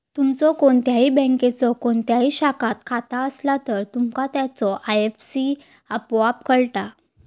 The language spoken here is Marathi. तुमचो कोणत्याही बँकेच्यो कोणत्याही शाखात खाता असला तर, तुमका त्याचो आय.एफ.एस.सी आपोआप कळता